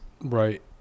Right